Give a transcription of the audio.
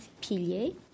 piliers